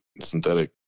synthetic